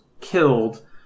killed